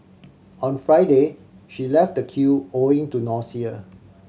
on Friday she left the queue owing to nausea